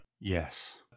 Yes